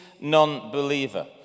non-believer